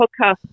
podcast